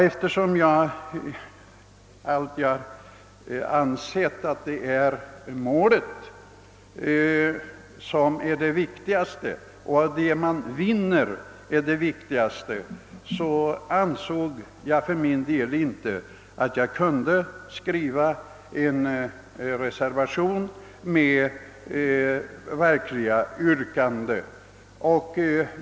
Eftersom jag alltid har ansett att vad man vinner är det viktigaste, tyckte jag inte att jag kunde skriva en reservation med verkliga yrkanden.